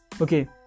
Okay